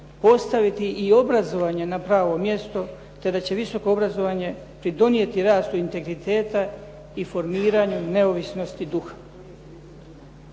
postaviti i obrazovanje na pravo mjesto na pravo mjesto te da će visoko obrazovanje pridonijeti rastu integriteta i formiranju neovisnosti duha.